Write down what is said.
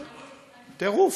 טירוף.